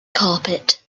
carpet